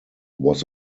was